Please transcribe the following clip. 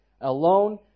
alone